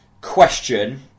question